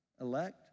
elect